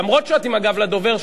אף שאת עם הגב לדובר,